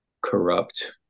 corrupt